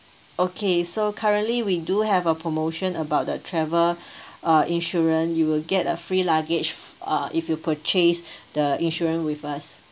okay so currently we do have a promotion about the travel uh insurance you will get a free luggage uh if you purchase the insurance with us